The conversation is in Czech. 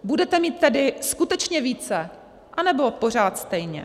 Budete mít tedy skutečně více, anebo pořád stejně?